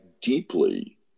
deeply